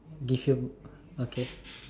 if you okay